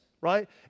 right